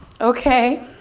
Okay